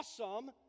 awesome